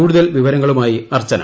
കൂടുതൽ വിവരങ്ങളുമായി അർച്ചന